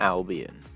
Albion